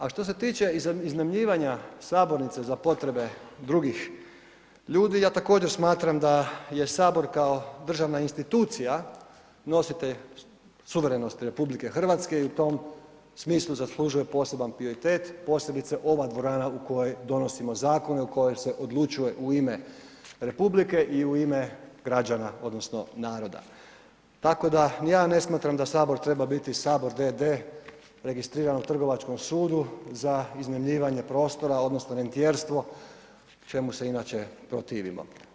A što se tiče iznajmljivanja sabornice za potrebe drugih ljudi, ja također smatram da je HS kao državna institucija nositelj suverenosti RH i u tom smislu zaslužuje poseban prioritet, posebice ova dvorana u kojoj donosimo zakone, u kojoj se odlučuje u ime RH i u ime građana odnosno naroda, tako da ni ja ne smatram da HS treba biti HS d.d. registriran u trgovačkom sudu za iznajmljivanje prostora odnosno rentijerstvo, čemu se inače protivimo.